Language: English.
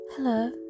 Hello